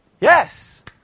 Yes